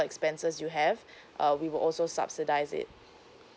expenses you have uh we will also subsidise it